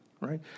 Right